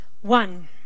One